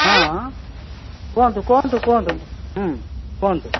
ହଁ କୁହନ୍ତୁ କୁହନ୍ତୁ କୁହନ୍ତୁ କୁହନ୍ତୁ